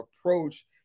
approach